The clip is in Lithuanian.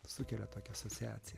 sukelia tokią asociaciją